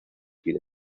pide